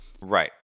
Right